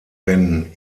wenn